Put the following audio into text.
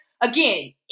Again